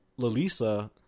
Lalisa